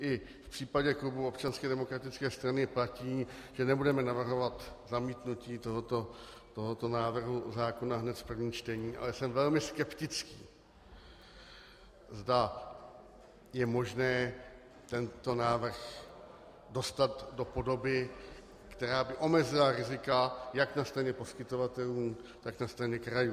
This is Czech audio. I v případě klubu Občanské demokratické strany platí, že nebudeme navrhovat zamítnutí tohoto návrhu zákona hned v prvním čtení, ale jsem velmi skeptický, zda je možné tento návrh dostat do podoby, která by omezila rizika jak na straně poskytovatelů, tak na straně krajů.